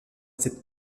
cette